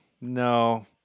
no